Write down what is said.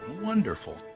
wonderful